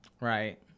Right